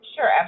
Sure